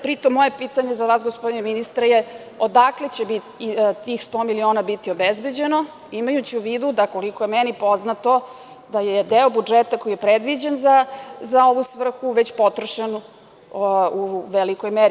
Pri tom, moje pitanje za vas gospodine ministre je, odakle će tih sto miliona biti obezbeđeno, imajući u vidu da, koliko je meni poznato, da je deo budžeta koji je predviđen za ovu svrhu već potrošen u velikoj meri.